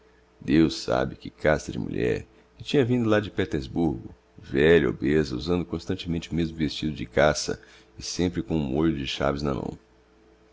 deus sabe que casta de mulher que tinha vindo lá de petersburgo velha obêsa usando constantemente o mesmo vestido de cassa e sempre com um mólho de chaves na mão